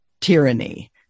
tyranny